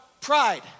pride